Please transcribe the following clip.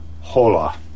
hola